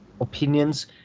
opinions